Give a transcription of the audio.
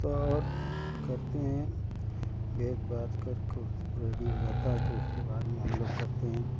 तो और करते हैं बेच बाच कर को रेडी हो जाता है तो उसके बाद में हम लोग करते हैं